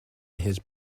his